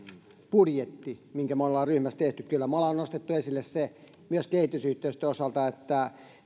vaihtoehtobudjettimme minkä me olemme ryhmässä tehneet kyllä me olemme nostaneet esille myös kehitysyhteistyön osalta sen että